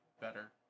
better